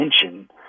attention